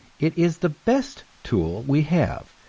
it is the best tool we have,